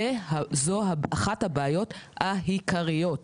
זו אחת הבעיות העיקריות.